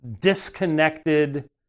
disconnected